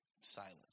silence